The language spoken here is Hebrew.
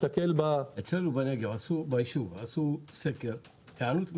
אצלנו בישוב עשו סקר וקיבלו הענות מלאה.